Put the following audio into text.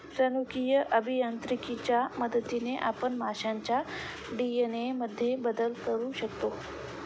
जनुकीय अभियांत्रिकीच्या मदतीने आपण माशांच्या डी.एन.ए मध्येही बदल करू शकतो